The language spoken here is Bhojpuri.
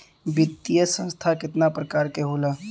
वित्तीय संस्था कितना प्रकार क होला?